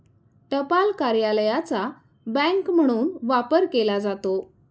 टपाल कार्यालयाचा बँक म्हणून वापर केला जातो